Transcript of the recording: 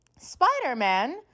Spider-Man